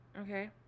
okay